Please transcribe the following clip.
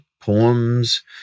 poems